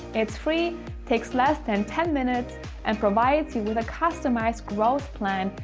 it's free takes less than ten minutes and provides you with a customized growth plan,